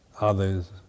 others